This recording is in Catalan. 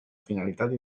finalitat